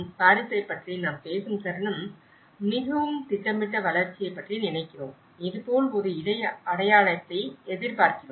பாரிஸைப் பற்றி நாம் பேசும் தருணம் மிகவும் திட்டமிட்ட வளர்ச்சியைப் பற்றி நினைக்கிறோம் இது போல் ஒரு இட அடையாளத்தை எதிர்பார்க்கிறோம்